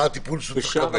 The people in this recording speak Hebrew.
מה הטיפול שצריך לקבל?